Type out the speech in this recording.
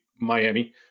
Miami